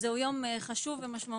זה הוא יום חשוב ומשמעותי,